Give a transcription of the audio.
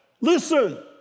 Listen